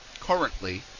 currently